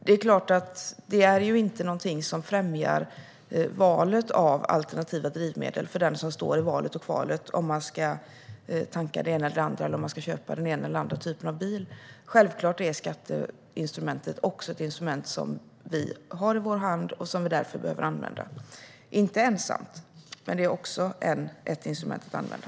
Det är klart att det inte är någonting som främjar valet av alternativa drivmedel för dem som står i valet och kvalet om de ska tanka det ena eller det andra eller om de ska köpa den ena eller andra typen av bil. Självklart är skatteinstrumentet ett instrument som vi har i vår hand och som vi därför behöver använda - inte ensamt, men det är också ett instrument att använda.